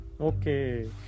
Okay